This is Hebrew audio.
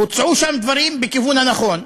הוצעו שם דברים בכיוון הנכון,